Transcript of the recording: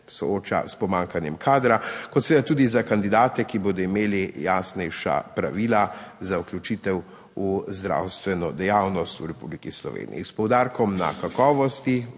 sooča s pomanjkanjem kadra, kot seveda tudi za kandidate, ki bodo imeli jasnejša pravila za vključitev v zdravstveno dejavnost v Republiki Sloveniji. S poudarkom na kakovosti